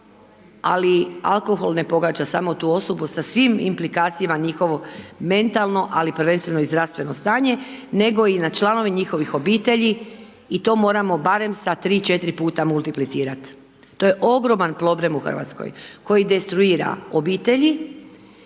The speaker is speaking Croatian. ali alkohol ne pogađa samo tu osobu sa svim implikacijama njihovo mentalno ali prvenstveno i zdravstveno stanje nego i na članove njihovih obitelji i to moramo barem sa 3, 4 puta multiplicirati. To je ogroman problem u Hrvatskoj koji destruira obitelji,